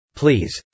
please